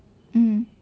mmhmm